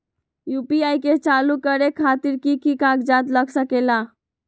UPI के चालु करे खातीर कि की कागज़ात लग सकेला?